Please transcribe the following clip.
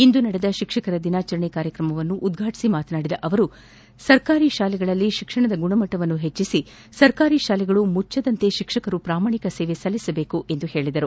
ಇಂದು ನಡೆದ ಶಿಕ್ಷಕರ ದಿನಾಚರಣೆ ಕಾರ್ಯಕ್ರಮ ಉದ್ಘಾಟಿಸಿ ಮಾತನಾಡಿದ ಅವರು ಸರ್ಕಾರಿ ಶಾಲೆಗಳಲ್ಲಿ ಶಿಕ್ಷಣದ ಗುಣಮಟ್ವವನ್ನು ಹೆಚ್ಚಿಸಿ ಸರ್ಕಾರಿ ಶಾಲೆಗಳು ಮುಚ್ಚದಂತೆ ಶಿಕ್ಷಕರು ಪ್ರಾಮಾಣಿಕ ಸೇವೆ ಸಲ್ಲಿಸಬೇಕೆಂದು ತಿಳಿಸಿದರು